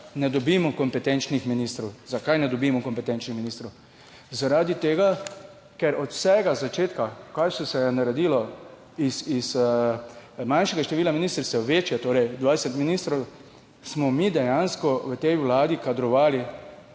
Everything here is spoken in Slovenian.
ne dobimo kompetenčnih ministrov? Zakaj ne dobimo kompetenčnih ministrov? Zaradi tega, ker od vsega začetka, kaj vse se je naredilo iz manjšega števila ministrstev, večje, torej 20 ministrov, smo mi dejansko v tej vladi kadrovali